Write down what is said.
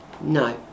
No